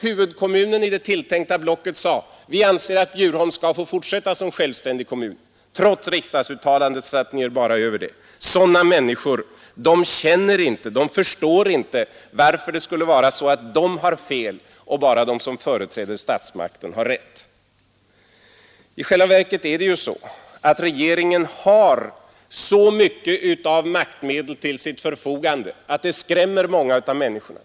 Huvudkommunen i det tilltänkta blocket sade: ”Vi anser att Bjurholm skall få fortsätta som självständig kommun.” Trots riksdagsuttalandet satte ni er bara över detta. De människor som berörs känner inte, förstår inte varför det skulle vara så att de har fel och bara de som företräder statsmakten ha rätt. I själva verket är det ju så att regeringen har så mycket av maktmedel till sitt förfogande att det skrämmer många av människorna.